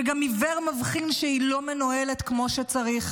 שגם עיוור מבחין שהיא לא מנוהלת כמו שצריך,